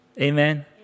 Amen